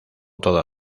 toda